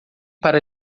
para